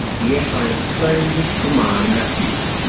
yet i explained it to my nephew,